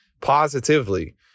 positively